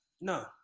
No